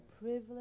privilege